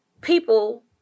people –